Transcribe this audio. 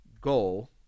goal